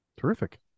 Terrific